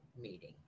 meeting